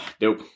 Nope